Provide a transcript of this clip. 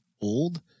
old